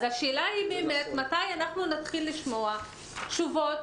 אז השאלה היא באמת מתי נתחיל לשמוע תשובות